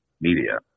media